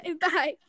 Bye